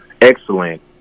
excellent